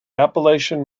appalachian